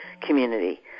community